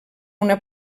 una